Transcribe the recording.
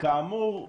כאמור,